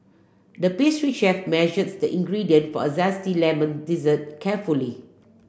the pastry chef measures the ingredient for a zesty lemon dessert carefully